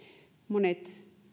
monet